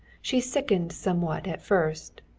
she sickened somewhat at first.